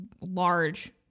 large